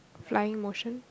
flying motion